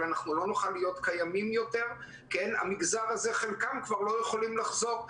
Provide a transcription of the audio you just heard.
אבל לא נוכל להיות קיימים יותר כי חלקו של המגזר הזה כבר לא יכול לחזור.